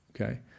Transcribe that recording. Okay